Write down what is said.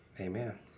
amen